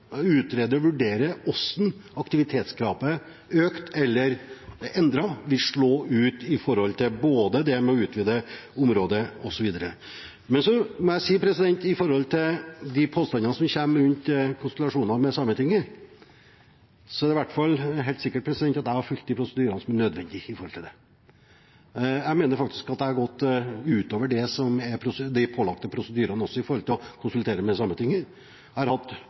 utrede og vurdere hvordan aktivitetskravet, økt eller endret, vil slå ut når det gjelder å utvide området, osv. Så må jeg si til de påstandene som kommer om konsultasjonene med Sametinget, at det i hvert fall er helt sikkert at jeg der har fulgt de nødvendige prosedyrene. Jeg mener faktisk at jeg også har gått utover det som er de pålagte prosedyrene når det gjelder å konsultere med Sametinget. Jeg har hatt